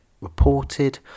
reported